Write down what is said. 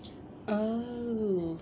oh